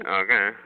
okay